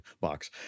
box